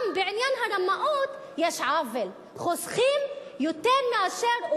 גם בעניין הרמאות יש עוול חוסכים יותר מאשר,